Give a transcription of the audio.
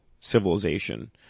civilization